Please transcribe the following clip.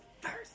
first